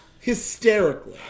hysterically